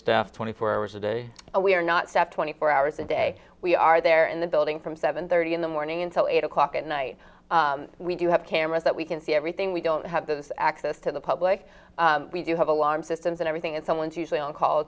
staffed twenty four hours a day and we are not set twenty four hours a day we are there in the building from seven thirty in the morning until eight o'clock at night we do have cameras that we can see everything we don't have this access to the public we do have alarm systems and everything is someone's usually on call